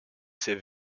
ces